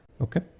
okay